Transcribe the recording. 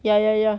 ya ya ya